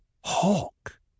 Hawk